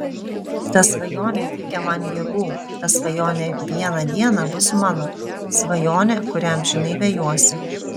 ta svajonė teikia man jėgų ta svajonė vieną dieną bus mano svajonė kurią amžinai vejuosi